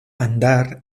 andar